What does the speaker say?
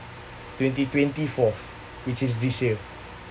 twenty twenty fourth which is this year